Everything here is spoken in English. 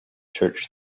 church